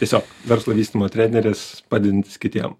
tiesiog verslo vystymo treneris padedantis kitiem